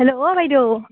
অঁ বাইদেউ